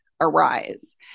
arise